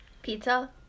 pizza